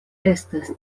estas